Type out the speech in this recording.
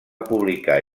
publicar